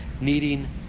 needing